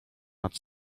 nad